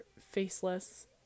faceless